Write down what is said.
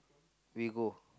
we go